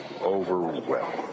overwhelmed